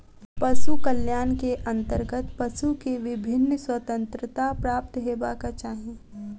पशु कल्याण के अंतर्गत पशु के विभिन्न स्वतंत्रता प्राप्त हेबाक चाही